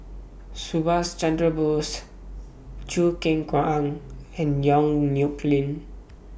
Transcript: Subhas Chandra Bose Choo Keng Kwang and Yong Nyuk Lin